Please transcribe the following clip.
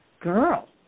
girl